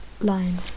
line